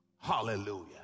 hallelujah